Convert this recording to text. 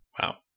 wow